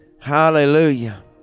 hallelujah